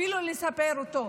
לספר אותו.